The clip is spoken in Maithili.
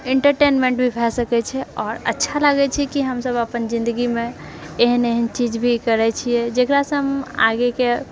इन्टरटेनमेन्ट भी भए सकैत छै आओर अच्छा लागैत छै कि हमसभ अपन जिन्दगीमे एहन एहन चीज भी करै छियै जकरासँ हम आगेके